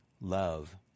love